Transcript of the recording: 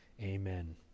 Amen